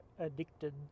addicted